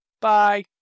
Bye